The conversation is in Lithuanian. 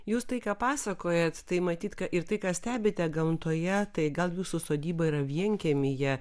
jūs tai ką pasakojat tai matyt ką ir tai ką stebite gamtoje tai gal jūsų sodyba yra vienkiemyje